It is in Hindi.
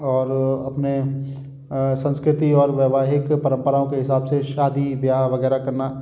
और अपने संस्कृति और वैवाहिक परम्पराओं के हिसाब से शादी ब्याह वगैरह करना